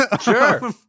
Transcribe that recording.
sure